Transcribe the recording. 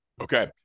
Okay